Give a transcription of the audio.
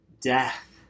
death